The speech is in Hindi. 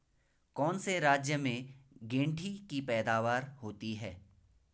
कौन से राज्य में गेंठी की पैदावार होती है?